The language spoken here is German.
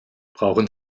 brauchen